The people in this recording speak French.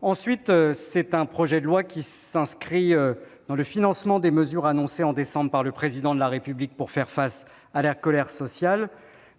Ensuite, ce projet de loi s'inscrit dans le financement des mesures annoncées en décembre dernier par le Président de la République pour faire face à la colère sociale.